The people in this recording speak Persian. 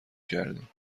کردیم